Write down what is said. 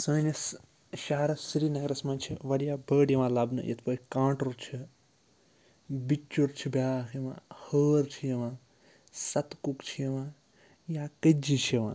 سٲنِس شَہرَس سرینَگرَس منٛز چھِ وارِیاہ بٲڈ یِوان لَبنہٕ یِتھ پٲٹھۍ کانٛٹُر چھِ بِچُر چھِ بیٛاکھ یِوان ہٲر چھِ یِوان سَتکُک چھِ یِوان یا کٔتجہِ چھِ یِوان